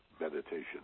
meditation